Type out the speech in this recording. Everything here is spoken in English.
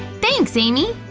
thanks, amy!